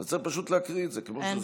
צריך פשוט להקריא את זה כמו שזה.